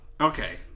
Okay